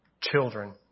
children